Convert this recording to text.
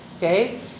Okay